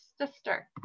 sister